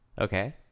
Okay